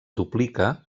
duplica